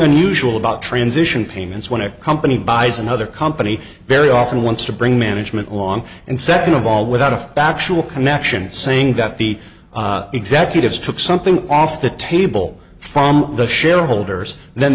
unusual about transition payments when a company buys another company very often wants to bring management long and second of all without a factual connection saying that the executives took something off the table from the shareholders